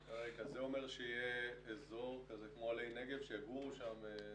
זה אומר שיהיה אזור כמו --- שיגורו שם?